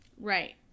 Right